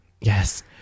Yes